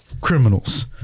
criminals